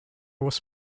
was